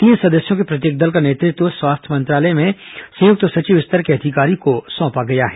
तीन सदस्यों के प्रत्येक दल का नेतृत्व स्वास्थ्य मंत्रालय में संयुक्त सचिव स्तर के अधिकारी को सौंपा गया है